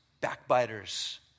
backbiters